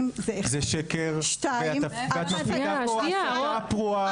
--- זה שקר ואת מסיקה פה הסקה פרועה.